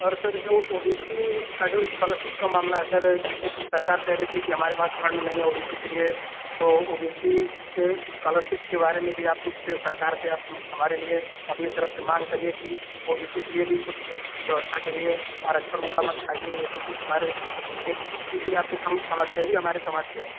और सर जो O B C का जो इस्काॅलरसिप का मामला है सर वो सरकार कह रही थी कि हमारे पास फंड नहीं है ओ बी सी के लिए तो ओ बी सी के इस्काॅलरसिप के बारे में भी आप कुछ सरकार से आप हमारे लिए अपनी तरफ से माँग करिए कि ओ बी सी के लिए भी कुछ व्यवस्था करिए आरक्षण उनका मत खाइए ये सब कुछ हमारे लिए कीजिए आप तो प्रमुख समाज सेवी हमारे समाज का